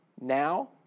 now